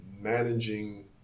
managing